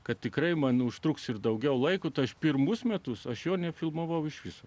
kad tikrai manau užtruks ir daugiau laiko aš pirmus metus aš jo nefilmavau iš viso